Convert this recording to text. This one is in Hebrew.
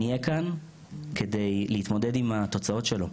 נהיה כאן כדי להתמודד עם התוצאות שלו,